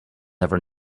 never